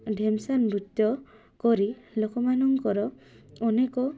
ଢେମସା ବୃତ୍ୟ କରି ଲୋକମାନଙ୍କର ଅନେକ